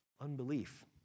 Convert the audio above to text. unbelief